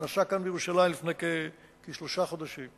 הוא נעשה כאן בירושלים לפני כשלושה חודשים.